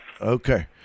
Okay